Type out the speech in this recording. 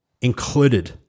included